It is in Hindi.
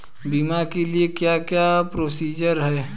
बीमा के लिए क्या क्या प्रोसीजर है?